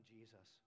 Jesus